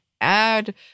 Add